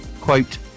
quote